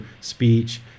speech